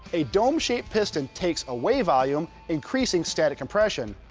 a dome shaped piston takes away volume, increasing static compression.